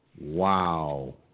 Wow